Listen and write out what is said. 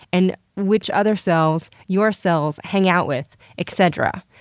and which other cells your cells hang out with, etc.